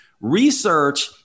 Research